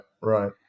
right